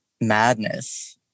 madness